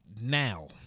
Now